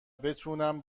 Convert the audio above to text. بتونم